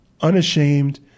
unashamed